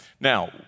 Now